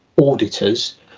auditors